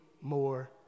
more